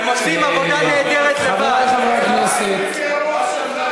חבר הכנסת איציק שמולי.